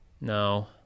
No